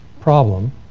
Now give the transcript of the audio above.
problem